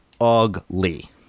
ugly